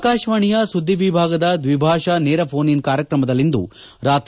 ಆಕಾಶವಾಣಿಯ ಸುದ್ದಿ ವಿಭಾಗದ ದ್ವಿಭಾಷಾ ನೇರ ಫೋನ್ ಇನ್ ಕಾರ್ಯಕ್ರಮದಲ್ಲಿಂದು ರಾತ್ರಿ